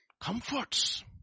Comforts